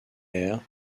air